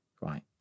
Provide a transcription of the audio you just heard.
Right